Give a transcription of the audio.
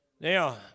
now